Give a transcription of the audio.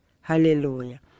hallelujah